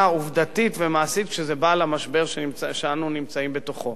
עובדתית ומעשית, כשזה בא למשבר שאנו נמצאים בתוכו.